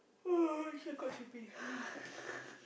actually I quite sleepy